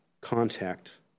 contact